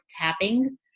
tapping